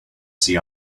see